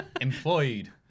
employed